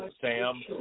Sam